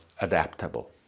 adaptable